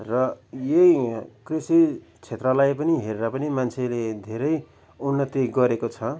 र यही कृषि क्षेत्रलाई पनि हेरेर पनि मान्छेले धेरै उन्नति गरेको छ